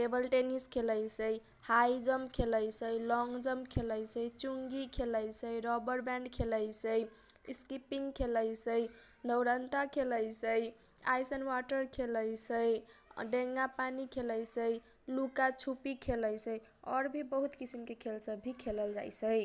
टेबलटेनिस खेलैसै, हाइजमप खेलैसै, लंगजमप खेलैसै, चुंगी खेलैसै, रबरबयानड खेलैसै, इसकिपीं खेलैसै, दौरनता खेलैसै, आइस वाटर खेलैसै, डेंगा पानी खेलैसै, लुका छुपी खेलैसै, और भी बहुत किसिमके खेल सब भी खेलैसै।